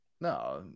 No